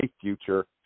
future